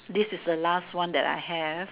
this is the last one that I have